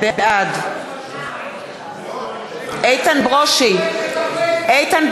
נגד (קוראת בשמות חברי הכנסת) איתן ברושי נגד.